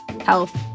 health